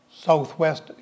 Southwest